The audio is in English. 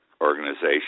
organization